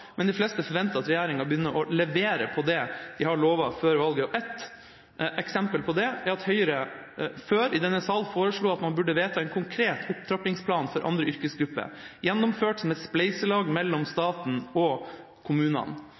men de fleste forventer at regjeringa begynner å levere på det de har lovt før valget. Et eksempel på det er at Høyre før i denne salen foreslo at man burde vedta en konkret opptrappingsplan for andre yrkesgrupper – gjennomført som et spleiselag mellom staten og kommunene.